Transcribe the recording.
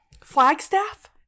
Flagstaff